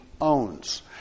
owns